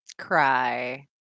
cry